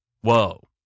whoa